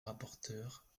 rapporteure